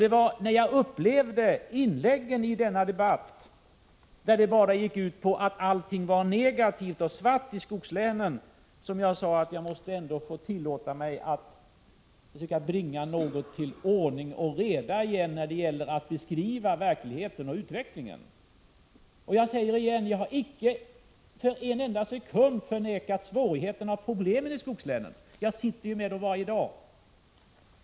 Det var sedan jag hört inläggen i denna debatt, vilka enbart gick ut på att allt var negativt och svart i skogslänen, som jag sade att jag ändå måste få tillåta mig att försöka bringa ordning och reda igen när det gäller att beskriva verkligheten och utvecklingen. Jag säger igen: Jag har icke för en enda sekund förnekat svårigheterna och problemen i skogslänen. Jag kommer ju i kontakt med dessa problem varje dag.